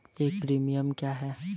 एक प्रीमियम क्या है?